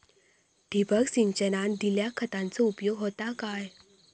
ठिबक सिंचनान दिल्या खतांचो उपयोग होता काय?